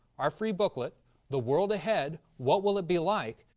our free booklet the world ahead what will it be like?